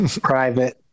private